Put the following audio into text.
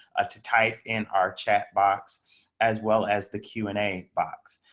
ah to type in our chat box as well as the q and a box.